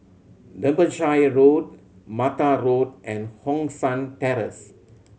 Derbyshire Road Mattar Road and Hong San Terrace